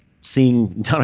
seeing